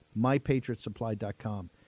MyPatriotSupply.com